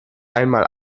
einmal